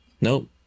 Nope